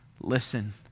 listen